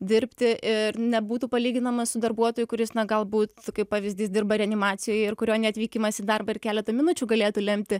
dirbti ir nebūtų palyginamas su darbuotoju kuris na galbūt kaip pavyzdys dirba reanimacijoje ir kurio neatvykimas į darbą ir keletą minučių galėtų lemti